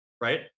right